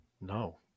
No